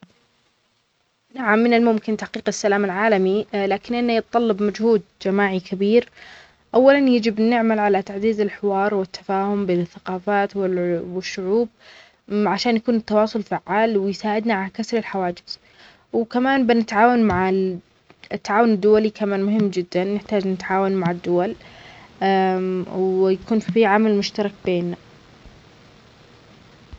نعم من الممكن تحقيق السلام العالمى، لكن أنه يتطلب مجهود جماعى كبير، أولا يجب نعمل على تعزيز الحوار والتفاهم بين الثقافات والع-والشعوب عشان يكون التواصل فعال ويساعدنا على كسر الحواجز، وكمان بنتعاون مع ال-التعاون الدولي كمان مهم جدا نحتاج نتعاون مع الدول ويكون في عامل مشترك بينا.